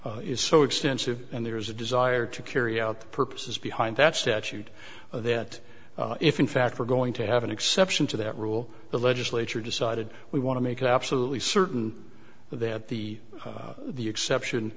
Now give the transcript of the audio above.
law is so extensive and there is a desire to carry out the purposes behind that statute that if in fact we're going to have an exception to that rule the legislature decided we want to make absolutely certain that the the exception